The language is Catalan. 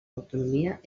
autonomia